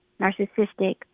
narcissistic